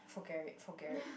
forget it forget it